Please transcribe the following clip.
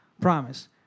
Promise